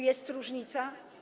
Jest różnica?